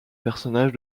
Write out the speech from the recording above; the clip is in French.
personnages